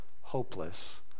hopeless